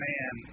man